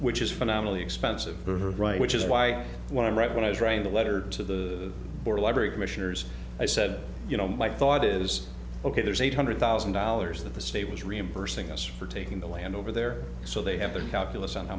which is phenomenally expensive right which is why when i'm right when i was writing the letter to the board library commissioners i said you know my thought is ok there's eight hundred thousand dollars that the state was reimbursing us for taking the land over there so they have the calculus on how